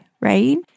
right